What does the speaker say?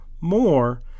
more